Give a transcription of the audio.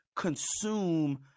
consume